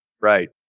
right